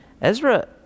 Ezra